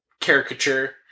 caricature